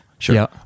sure